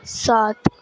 سات